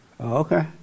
Okay